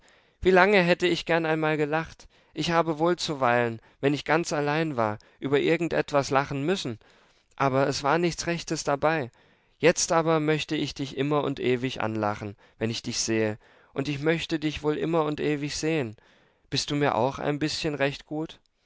wie lange hätte ich gern einmal gelacht ich habe wohl zuweilen wenn ich ganz allein war über irgend etwas lachen müssen aber es war nichts rechtes dabei jetzt aber möchte ich dich immer und ewig anlachen wenn ich dich sehe und ich möchte dich wohl immer und ewig sehen bist du mir auch ein bißchen recht gut